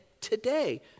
today